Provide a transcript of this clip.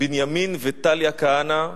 ובנימין וטליה כהנא.